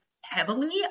heavily